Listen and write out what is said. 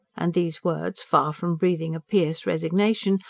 and these words, far from breathing a pious resignation,